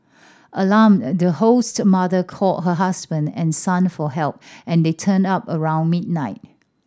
alarmed the host's mother called her husband and son for help and they turned up around midnight